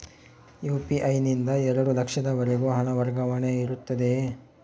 UPI ನಿಂದ ಎರಡು ಲಕ್ಷದವರೆಗೂ ಹಣ ವರ್ಗಾವಣೆ ಇರುತ್ತದೆಯೇ?